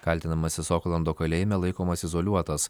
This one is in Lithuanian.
kaltinamasis oklando kalėjime laikomas izoliuotas